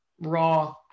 raw